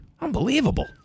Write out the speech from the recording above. Unbelievable